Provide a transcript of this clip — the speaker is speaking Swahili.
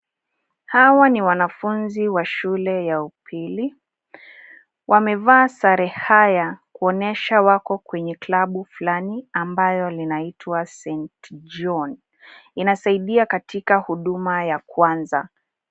Hawa ni wanafunzi wa shule ya upili wamevaa sare haya kuonyesha wako kwenye klabu fulani ambayo linaitwa St John inasaidia katika huduma ya kwanza.